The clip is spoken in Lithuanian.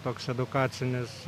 toks edukacinis